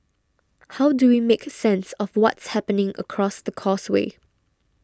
how do we make sense of what's happening across the causeway